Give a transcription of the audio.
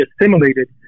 assimilated